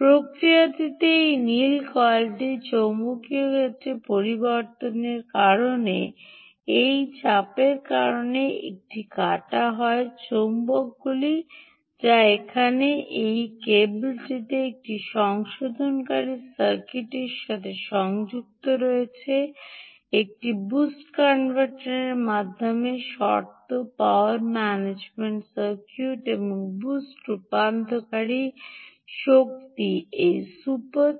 প্রক্রিয়াতে এই নীল কয়েলটি চুম্বকীয় ক্ষেত্র পরিবর্তনের কারণে এই চাপের কারণে এখানে কাটা হয় চৌম্বকগুলি যা এখানে এই কেবলটিতে একটি সংশোধনকারী সার্কিটের সাথে সংযুক্ত রয়েছে একটি বুস্ট কনভার্টারের মাধ্যমে শর্ত পাওয়ার ম্যানেজমেন্ট সার্কিট এবং বুস্ট রূপান্তরকারী শক্তি এই সুপার